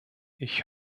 ich